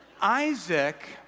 Isaac